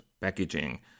packaging